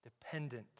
dependent